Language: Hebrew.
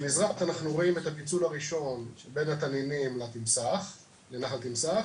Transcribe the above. ממזרח אנחנו רואים את הפיצול הראשון בין נחל התנינים לנחל תמסח